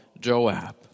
Joab